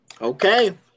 Okay